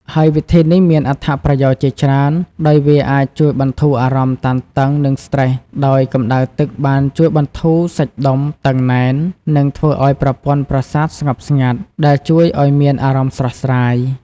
ហើយវិធីនេះមានអត្ថប្រយោជន៍ជាច្រើន ដោយវាអាចជួយបន្ធូរអារម្មណ៍តានតឹង និងស្ត្រេស ដោយកម្ដៅទឹកបានជួយបន្ធូរសាច់ដុំតឹងណែន និងធ្វើឲ្យប្រព័ន្ធប្រសាទស្ងប់ស្ងាត់ ដែលជួយឲ្យមានអារម្មណ៍ស្រស់ស្រាយ។